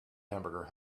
hamburger